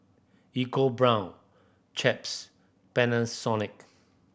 EcoBrown Chaps Panasonic